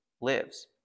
lives